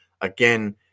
again